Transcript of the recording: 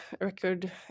record